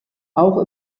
auch